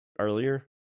earlier